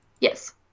Yes